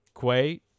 Quay